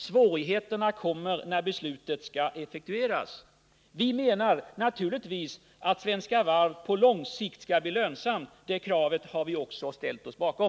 Svårigheterna kommer när beslutet skall effektueras. Vi menar naturligtvis att Svenska Varv på lång sikt skall bli lönsamt — det kravet har vi också ställt oss bakom.